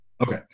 Okay